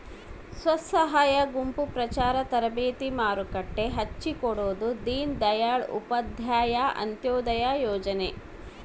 ಸ್ವಸಹಾಯ ಗುಂಪು ಪ್ರಚಾರ ತರಬೇತಿ ಮಾರುಕಟ್ಟೆ ಹಚ್ಛಿಕೊಡೊದು ದೀನ್ ದಯಾಳ್ ಉಪಾಧ್ಯಾಯ ಅಂತ್ಯೋದಯ ಯೋಜನೆ